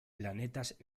planetas